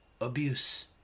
abuse